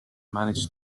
managed